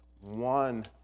one